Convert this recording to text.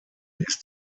ist